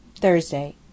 Thursday